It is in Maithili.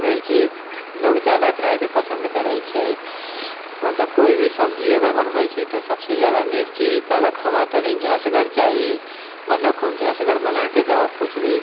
मिर्ची लोग जादा खायके पसंद करैत छै मतलब कोइ भी सब्जी अगर बनबैत छियै तऽ सबसे जादा मिर्ची कहलक हमरा तनी झसगर चाही मतलब खूब झसगर बनाके दहक किछु भी